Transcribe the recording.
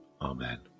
Amen